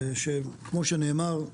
שכמו שנאמר,